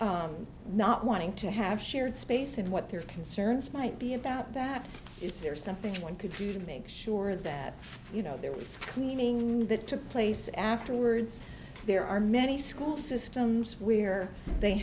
having not wanting to have shared space and what their concerns might be about that is there something one could do to make sure that you know there was screaming that took place afterwards there are many school systems where they